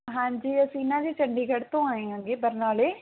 ਹਾਂਜੀ ਅਸੀਂ ਨਾ ਜੀ ਚੰਡੀਗੜ੍ਹ ਤੋਂ ਆਏ ਆਂਗੇ ਬਰਨਾਲੇ